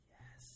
Yes